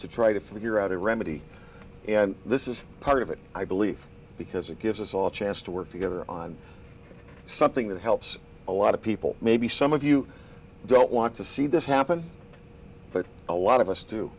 to try to figure out a remedy and this is part of it i believe because it gives us all chance to work together on something that helps a lot of people maybe some of you don't want to see this happen but a lot of us